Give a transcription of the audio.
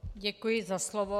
Děkuji za slovo.